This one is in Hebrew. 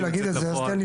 לפועל.